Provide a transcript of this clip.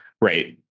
right